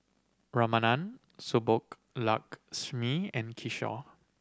Ramanand Subbulakshmi and Kishore